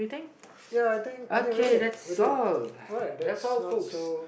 ya I think I think we did alright that's not so